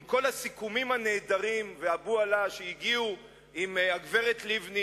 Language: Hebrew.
עם כל הסיכומים הנהדרים שהגיעו עם הגברת לבני